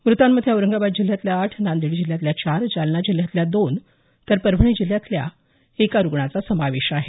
मृतांमध्ये औरंगाबाद जिल्ह्यातल्या आठ नांदेड जिल्ह्यातल्या चार जालना जिल्ह्यातल्या दोन तर परभणी जिल्ह्यातल्या एका रुग्णाचा समावेश आहे